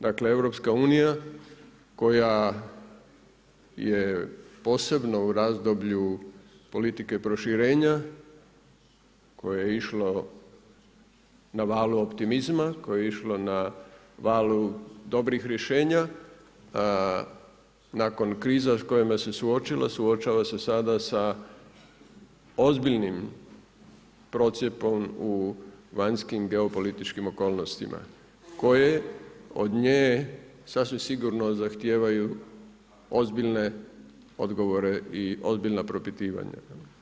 Dakle EU koja je posebno u razdoblju politike proširenja, koje je išlo na valu optimizma, koje je išlo na valu dobrih rješenja, nakon kriza s kojima se suočila, suočava se sada sa ozbiljnim procjepom u vanjskim geopolitičkim okolnostima koje od nje sasvim sigurno zahtijevaju ozbiljne odgovore i ozbiljna propitivanja.